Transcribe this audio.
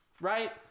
Right